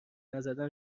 نزدن